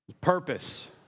Purpose